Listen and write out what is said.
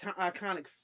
iconic